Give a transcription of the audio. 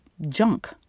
junk